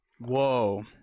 Whoa